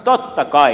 totta kai